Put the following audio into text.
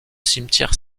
cimetière